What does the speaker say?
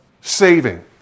saving